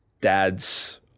dads